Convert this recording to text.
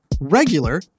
regular